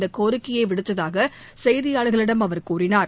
இந்த கோரிக்கையை விடுத்ததாக செய்தியாளர்களிடம் அவர் கூறினார்